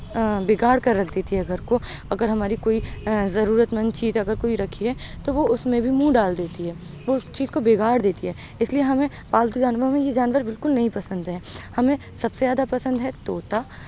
بگاڑ کر رکھ دیتی ہے گھر کو اگر ہماری کوئی ضرورت مند چیز اگر کوئی رکھی ہے تو وہ اس میں بھی منہ ڈال دیتی ہے وہ اس چیز کو بگاڑ دیتی ہے اس لیے ہمیں پالتو جانوروں میں یہ جانور بالکل نہیں پسند ہیں ہمیں سب سے زیادہ پسند ہے طوطا